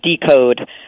decode